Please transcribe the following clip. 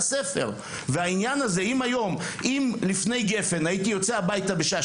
אם לפני גפ"ן הייתי יוצא הביתה בשעה